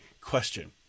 question